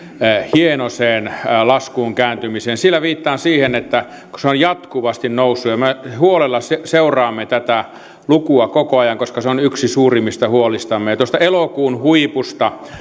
hienoiseen laskuun kääntymiseen sillä viittaan siihen että se on jatkuvasti noussut ja me huolella seuraamme tätä lukua koko ajan koska se on yksi suurimmista huolistamme ja tuosta elokuun huipusta